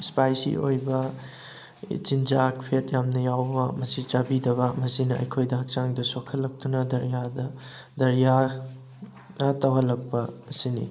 ꯏꯁꯄꯥꯏꯁꯤ ꯑꯣꯏꯕ ꯆꯤꯟꯖꯥꯛ ꯐꯦꯠ ꯌꯥꯝꯅ ꯌꯥꯎꯕ ꯃꯁꯤ ꯆꯥꯕꯤꯗꯕ ꯃꯁꯤꯅ ꯑꯩꯈꯣꯏꯗ ꯍꯛꯆꯥꯡꯗ ꯁꯣꯛꯍꯜꯂꯛꯇꯨꯅ ꯗꯥꯏꯔꯤꯌꯥ ꯇꯧꯍꯜꯂꯛꯄ ꯑꯁꯤꯅꯤ